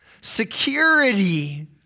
security